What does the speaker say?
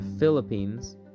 Philippines